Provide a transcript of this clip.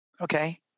Okay